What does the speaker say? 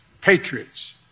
patriots